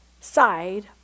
side